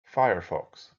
firefox